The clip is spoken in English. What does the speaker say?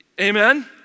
Amen